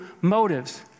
motives